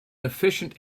efficient